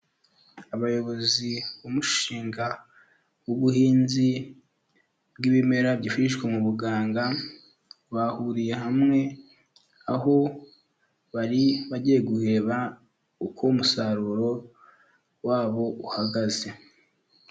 Abayobozi b'umushinga w'ubuhinzi bw'ibimera byifashwawe mu buganga, bahuriye hamwe, aho bari bagiy guheba uko umusaruro wabo uhagaze.